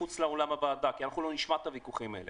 מחוץ לאולם הוועדה כי אנחנו לא נשמע את הוויכוחים האלה.